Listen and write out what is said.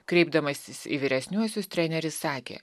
kreipdamasis į vyresniuosius treneris sakė